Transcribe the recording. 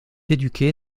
éduqué